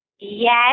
Yes